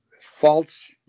false